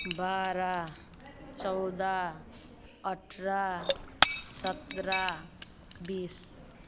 बाह्र चौध अठाह्र सत्र बिस